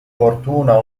fortuna